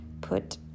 put